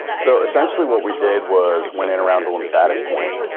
so, essentially what we did was went in around the lymphatic point,